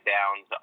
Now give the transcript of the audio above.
Downs